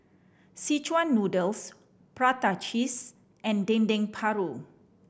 szechuan noodles prata cheese and Dendeng Paru